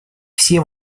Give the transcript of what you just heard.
все